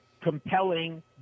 compelling